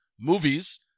Movies